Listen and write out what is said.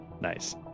Nice